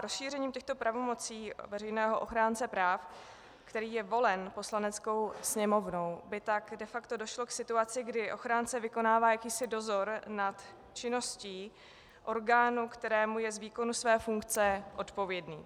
Rozšířením těchto pravomocí veřejného ochránce práv, který je volen Poslaneckou sněmovnou, by tak de facto došlo k situaci, kdy ochránce vykonává jakýsi dozor nad činností orgánu, kterému je z výkonu své funkce odpovědný.